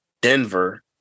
Denver